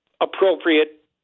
appropriate